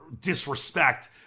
disrespect